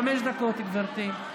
חמש דקות, גברתי.